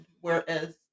whereas